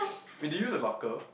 wait did you use a locker